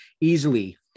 easily